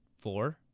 Four